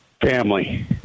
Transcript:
family